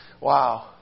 Wow